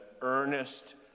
earnest